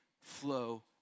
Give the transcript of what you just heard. flow